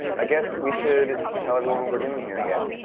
i guess we should tell everyone what we're doing here again,